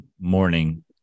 morning